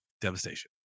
Devastation